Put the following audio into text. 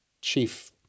chief